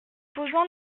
posant